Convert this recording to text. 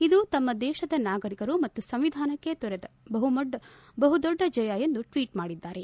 ಇದು ತಮ್ಮ ದೇಶದ ನಾಗರಿಕರು ಮತ್ತು ಸಂವಿಧಾನಕ್ಕೆ ದೊರೆತ ಬಹುದೊಡ್ಡ ಜಯ ಎಂದು ಟ್ವೀಟ್ ಮಾಡಿದ್ದಾರೆ